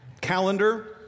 calendar